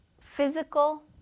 physical